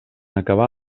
acabar